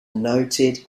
noted